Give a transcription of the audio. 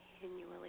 continually